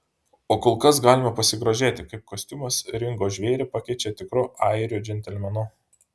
o kol kas galime pasigrožėti kaip kostiumas ringo žvėrį pakeičia tikru airių džentelmenu